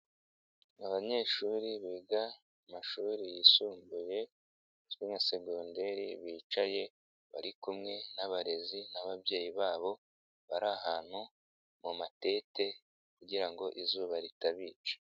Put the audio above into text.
Abanyeshuri biga mu mashuri yisumbuye azwi nka segonderi bicaye bari kumwe n'abarezi n'ababyeyi babo, bari ahantu mu matente kugira ngo izuba ritabica.